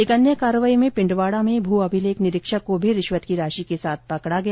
एक अन्य कार्रवाई में पिण्डवाड़ा में भू अभिलेख निरीक्षक को भी रिश्वत की राशि के साथ पकड़ा गया